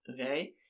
Okay